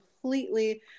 completely